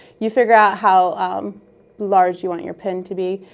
you figure out how large you want your pin to be.